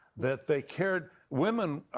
that they cared women,